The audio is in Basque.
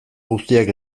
guztiak